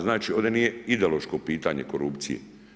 Znači, ovdje nije ideološko pitanje korupcije.